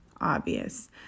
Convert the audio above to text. obvious